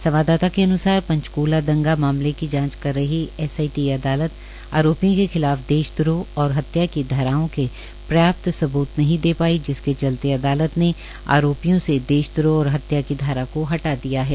संवाददाता के अन्सार पंचक्ला दंगा मामले की जांच कर रही एसआईटी अदालत आरोपियों के खिलाफ देश द्रोह और हत्या की धाराओं के पर्याप्त सबूत नहीं दे पाई जिसके चलते अदालत ने आरोपियों से देश और हत्या की धारा को हटा दिया है